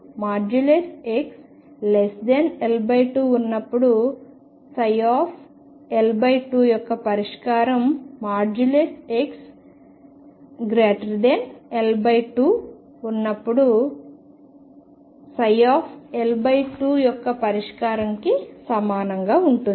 మరియు xL2 ఉన్నప్పుడు L2 యొక్క పరిష్కారం xL2 ఉన్నప్పుడు L2 యొక్క పరిష్కారం కి సమానంగా ఉంటుంది